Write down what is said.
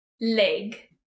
Leg